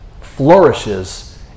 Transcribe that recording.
flourishes